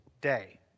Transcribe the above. day